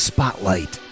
Spotlight